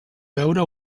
veure